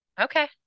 Okay